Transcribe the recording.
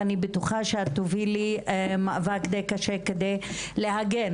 ואני בטוחה שאת תובילי מאבק די קשה כדי להגן.